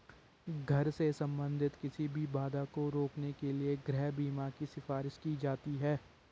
घर से संबंधित किसी भी बाधा को रोकने के लिए गृह बीमा की सिफारिश की जाती हैं